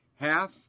Half